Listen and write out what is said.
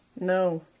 No